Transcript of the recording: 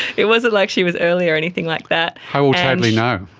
it wasn't like she was early or anything like that. how old is hadley now?